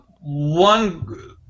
One